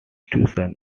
tuition